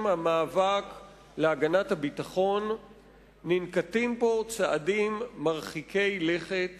המאבק להגנת הביטחון ננקטים פה צעדים מרחיקי לכת